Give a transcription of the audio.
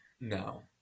No